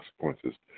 consequences